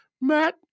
Matt